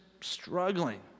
struggling